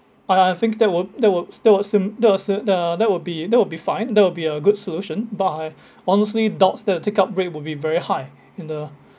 uh I think that would that would that would sim~ that would sim~ uh that would be that would be fine that would be a good solution but I honestly doubts the take-up rate would be very high in the